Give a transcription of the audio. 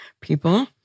people